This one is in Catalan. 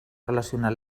relacionar